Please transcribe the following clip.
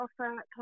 offer